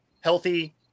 healthy